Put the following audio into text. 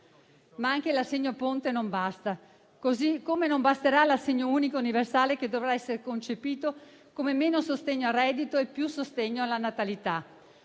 Anche l'assegno ponte, però, non basta, così come non basterà l'assegno unico universale, che dovrà essere concepito come meno sostegno al reddito e più sostegno alla natalità,